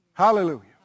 Hallelujah